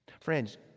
Friends